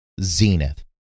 Zenith